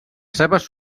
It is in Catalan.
seves